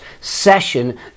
session